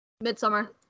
Midsummer